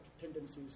tendencies